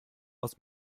aus